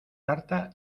tarta